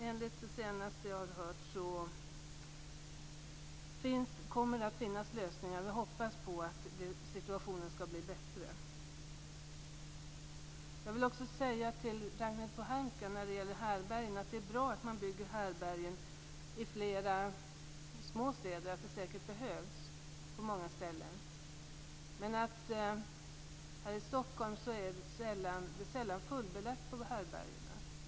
Enligt det senaste jag hörde kommer lösningar att finnas. Vi hoppas att situationen skall bli bättre. Jag vill också säga till Ragnhild Pohanka att det är bra att man bygger härbärgen i flera små städer. Det behövs säkert på många ställen. Här i Stockholm är det sällan fullbelagt på härbärgena.